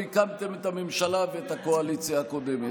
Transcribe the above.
הקמתם את הממשלה ואת הקואליציה הקודמת.